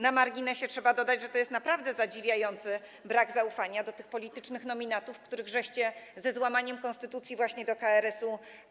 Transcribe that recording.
Na marginesie trzeba dodać, że to jest naprawdę zadziwiający brak zaufania do tych politycznych nominatów, których przed chwilą ze złamaniem konstytucji wybraliście do KRS-u.